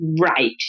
right